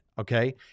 Okay